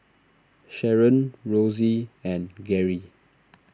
Sherron Rosey and Gary